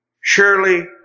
Surely